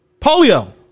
Polio